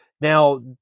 now